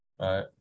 Right